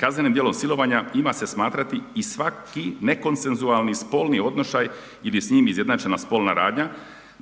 Kazneno djelo silovanja ima se smatrati i svaki nekonsenzualni spolni odnošaj ili s njim izjednačena spolna radnja